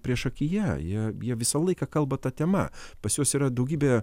priešakyje jie jie visą laiką kalba ta tema pas juos yra daugybė